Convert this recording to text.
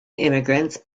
immigrants